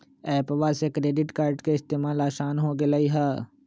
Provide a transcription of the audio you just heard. एप्पवा से credit card के इस्तेमाल असान हो गेलई ह